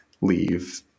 leave